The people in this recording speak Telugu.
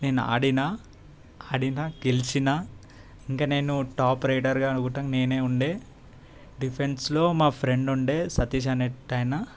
నేను ఆడిన ఆడిన గెలిచిన ఇంక నేను టాప్ రైడర్గా కూడా నేనే ఉండే డిఫెన్స్లో మా ఫ్రెండ్ ఉండే సతీష్ అనేటి ఆయన